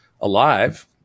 alive